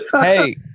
Hey